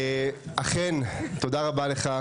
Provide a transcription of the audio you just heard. אכן תודה רבה לך,